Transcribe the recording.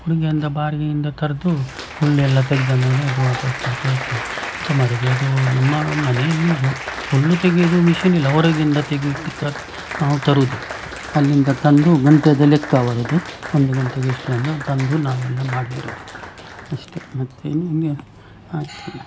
ಹೊರಗೆಯಿಂದ ಬಾಡಿಗೆಯಿಂದ ಕರೆದು ಹುಲ್ಲು ಎಲ್ಲ ತೆಗ್ದು ಮೇಲೆ ಅದು ವಾಪಸ್ಸು ಕೊಟ್ದು ಬರ್ತೇವೆ ಎಂತ ಮಾಡೋದು ಅದು ನಮ್ಮ ಮನೆಯಲ್ಲಿ ಹುಲ್ಲು ತೆಗೆಯುವುದು ಮಷೀನಿಲ್ಲ ಹೊರಗಿಂದ ತೆಗೆಯೋದು ತ ನಾವು ತರುವುದು ಅಲ್ಲಿಂದ ತಂದು ಗಂಟೆದ ಲೆಕ್ಕ ಅವರದ್ದು ಒಂದು ಗಂಟೆಗೆ ಇಷ್ಟು ಅಂತ ತಂದು ನಾವೆಲ್ಲ ಮಾಡಿರೋದು ಅಷ್ಟೇ ಮತ್ತೆ ಏನು ಹಿಂಗೆ ಆಯಿತು